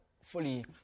fully